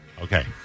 Okay